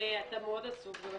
זו ועדה עמוסה.